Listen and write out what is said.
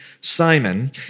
Simon